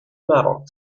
metals